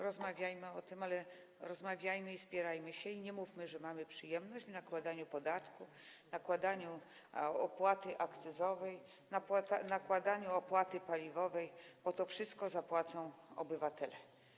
Rozmawiajmy o tym, rozmawiajmy i spierajmy się, ale nie mówmy, że mamy przyjemność w związku z nakładaniem podatku, nakładaniem opłaty akcyzowej, nakładaniem opłaty paliwowej, bo za to wszystko zapłacą obywatele.